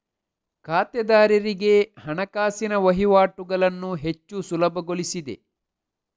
ಖಾತೆದಾರರಿಗೆ ಹಣಕಾಸಿನ ವಹಿವಾಟುಗಳನ್ನು ಹೆಚ್ಚು ಸುಲಭಗೊಳಿಸಿದೆ